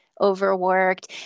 overworked